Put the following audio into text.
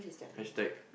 hashtag